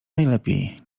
najlepiej